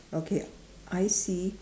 okay I see